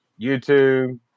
YouTube